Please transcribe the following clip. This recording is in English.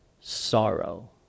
Sorrow